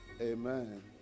Amen